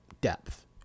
depth